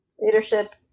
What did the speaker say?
Leadership